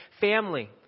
family